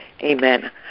Amen